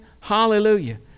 Hallelujah